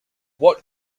what